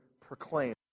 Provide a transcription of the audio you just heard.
proclaim